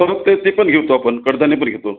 परत ते ते पण घेतो आपण कडधान्य पण घेतो